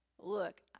Look